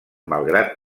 malgrat